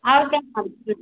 और क्या